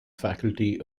faculty